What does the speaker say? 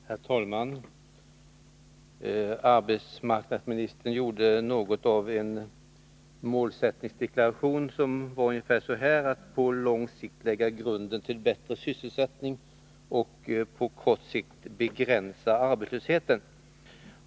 Herr talman! Arbetsmarknadsministern gjorde något av en målsättningsdeklaration, som ungefär gick ut på att på lång sikt lägga grunden till bättre sysselsättning och på kort sikt begränsa arbetslösheten.